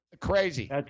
Crazy